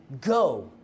Go